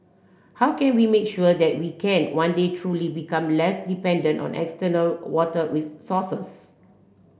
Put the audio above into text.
how can we make sure that we can one day truly become less dependent on external water resources